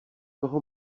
toho